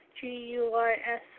G-U-I-S